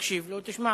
תקשיב לו ותשמע.